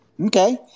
okay